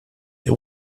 they